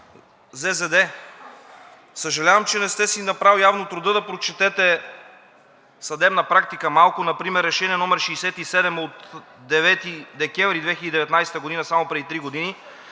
ЗЗД. Съжалявам, че не сте си направили явно труда да прочетете малко съдебна практика, например Решение № 67 от 9 декември 2019 г. – само преди три години,